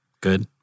Good